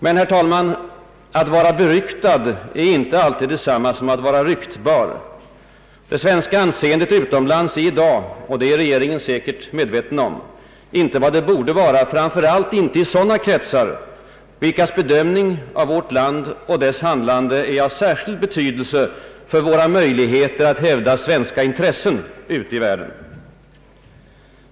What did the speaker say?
Men, herr talman, att vara beryktad är inte alltid detsamma som att vara ryktbar. Det svenska anseendet utomlands är i dag — och det är regeringens ledamöter säkert medvetna om — inte vad det borde vara, framför allt inte i sådana kretsar vilkas bedömning av vårt land och dess handlande är av särskild betydelse för våra möjligheter att hävda svenska intressen ute i världen.